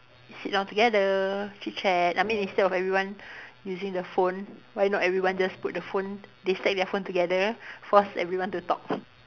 you sit down together chit-chat I mean instead of everyone using the phone why not everyone just put their phone they stack their phone together force everyone to talk